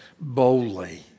boldly